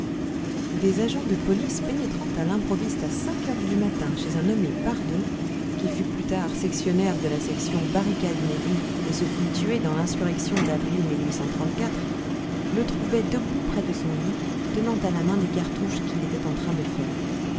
des agents de police pénétrant à l'improviste à cinq heures du matin chez un nommé pardon qui fut plus tard sectionnaire de la section barricade merry et se fit tuer dans l'insurrection d'avril le trouvaient debout près de son lit tenant à la main des cartouches qu'il était en train de faire